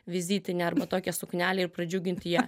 vizitinę arba tokią suknelę ir pradžiuginti ją